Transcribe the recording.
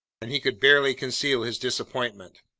and he could barely conceal his disappointment.